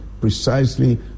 precisely